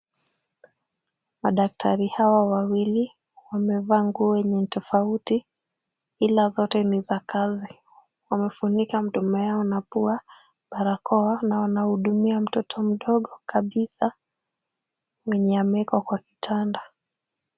Madaktari hawa wawili wamevaa nguo yenye ni tofauti ila zote ni za kazi. Wamefunika mdomo yao na pua barakoa na wanahudumia mtoto mdogo kabisa mwenye amewekwa kwa kitanda.